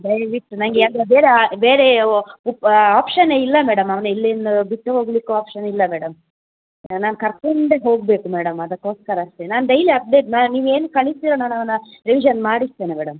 ದಯವಿಟ್ಟು ನನ್ಗೆ ಅಂದರೆ ಬೇರೆ ಬೇರೆ ವ ಉಪ್ ಆಪ್ಷನ್ನೇ ಇಲ್ಲ ಮೇಡಮ್ ಅವ್ನ ಇಲ್ಲಿಂದ ಬಿಟ್ಟು ಹೋಗಲಿಕ್ಕು ಆಪ್ಷನ್ ಇಲ್ಲ ಮೇಡಮ್ ನಾನು ಕರ್ಕೊಂಡೇ ಹೋಗಬೇಕು ಮೇಡಮ್ ಅದಕ್ಕೋಸ್ಕರ ಅಷ್ಟೆ ನಾನು ಡೈಲಿ ಅಪ್ಡೇಟ್ ಮ್ಯಾಮ್ ನೀವು ಏನು ಕಳಿಸ್ತೀರೊ ನಾನು ಅವನ ರಿವಿಝನ್ ಮಾಡಿಸ್ತೇನೆ ಮೇಡಮ್